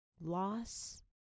loss